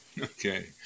Okay